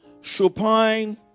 Chopin